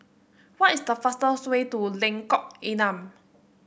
what is the fastest way to Lengkok Enam